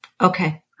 Okay